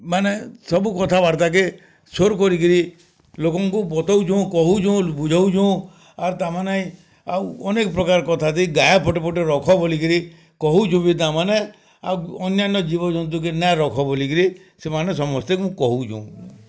ମାନେ ସବୁ କଥାବାର୍ତ୍ତାକେ ସୋର୍ କରି କିରି ଲୋକଙ୍କୁ ବତଉଛୁଁ କହୁଛଁ ବୁଝଉଛଁ ଆର୍ ତାମାନେ ଆଉ ଅନେକ୍ ପ୍ରକାର୍ କଥା ଦେଇ ଗାଏ ପଟେ ପଟେ ରଖ ବୋଲି କିରି କହୁଚୁ ବି ତାମାନେ ଆଉ ଅନ୍ୟାନ୍ୟ ଜୀବଜନ୍ତୁ କେ ନାଏ ରଖ ବୋଲି କିରି ସେମାନେ ସମସ୍ତଙ୍କୁ କହୁଚୁଁ